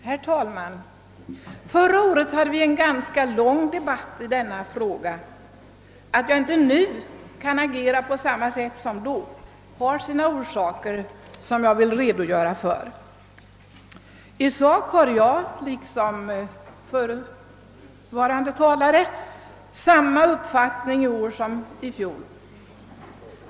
Herr talman! Förra året hade vi en ganska lång debatt i denna fråga. Att jag inte nu kan agera på samma sätt som då har sina orsaker som jag vill redogöra för. I sak har jag liksom den föregående talaren samma uppfattning i år som i fjol.